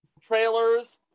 trailers